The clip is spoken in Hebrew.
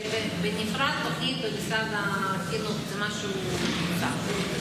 בנפרד תוכנית במשרד החינוך, זה משהו נוסף.